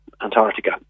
Antarctica